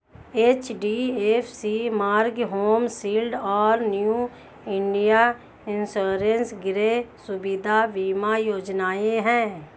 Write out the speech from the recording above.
HDFC Ergo Home Shield और New India Insurance Griha Suvidha बीमा योजनाएं हैं